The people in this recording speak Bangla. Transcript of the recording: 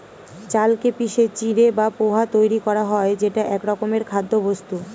চালকে পিষে চিঁড়ে বা পোহা তৈরি করা হয় যেটা একরকমের খাদ্যবস্তু